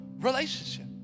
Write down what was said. relationship